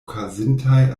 okazintaj